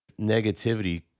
negativity